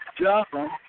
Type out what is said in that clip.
Johnson